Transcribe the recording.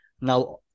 now